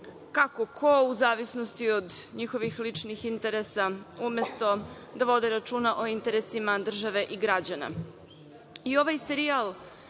kako ko, u zavisnosti od njihovih ličnih interesa, umesto da vode računa o interesima države i građana.I